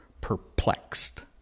perplexed